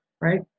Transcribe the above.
right